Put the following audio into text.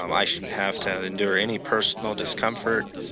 um i shouldn't have to endure any personal discomfort,